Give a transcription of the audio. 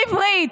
בעברית,